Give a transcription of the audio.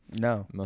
No